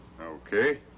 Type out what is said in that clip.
Okay